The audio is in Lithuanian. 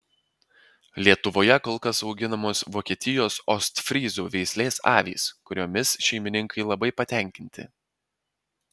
lietuvoje kol kas auginamos vokietijos ostfryzų veislės avys kuriomis šeimininkai labai patenkinti